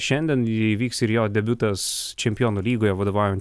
šiandien įvyks ir jo debiutas čempionų lygoje vadovaujant